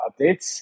updates